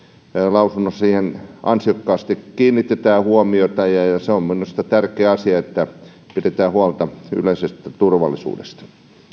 lausunnossa siihen ansiokkaasti kiinnitetään huomiota ja se on minusta tärkeä asia että pidetään huolta yleisestä turvallisuudesta